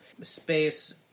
space